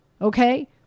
okay